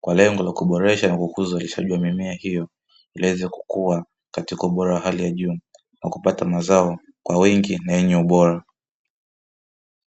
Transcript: kwa lengo la kuboresha na kukuza uzalishaji wa mimea hiyo ili yaweze kukua katika ubora wa hali ya juu na kupata mazao kwa wingi na yenye ubora.